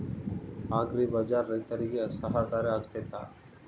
Agri bazaar ರೈತರಿಗೆ ಸಹಕಾರಿ ಆಗ್ತೈತಾ?